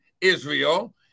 Israel